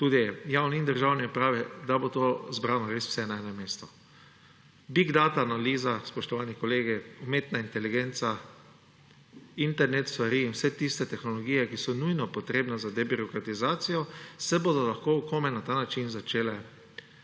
tudi javne in državne uprave, da bo to zbrano res vse na enem mestu. Big data analiza, spoštovani kolegi, umetna inteligenca, internet, stvari in vse tiste tehnologije, ki so nujno potrebne za debirokratizacijo, se bodo lahko komaj na ta način začele